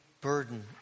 burden